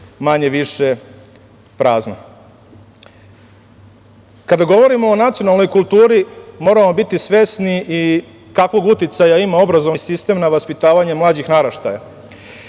manje-više prazno. Kada govorimo o nacionalnoj kulturi, moramo biti svesni i kakvog uticaja ima obrazovni sistem na vaspitavanje mlađih naraštaja.